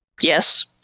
Yes